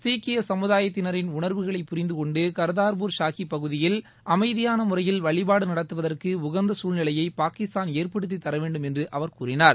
சீக்கிய சமுதாயத்தினரின் உணர்வுகளை புரிந்துகொண்டு கர்தார்பூர் ஷாகிப் பகுதியில் அமைதியான முறையில் வழிபாடு நடத்துவதற்கு உகந்த சூழ்நிலையை பாகிஸ்தான் ஏற்படுத்தி தரவேண்டும் என்று அவர் கூறினார்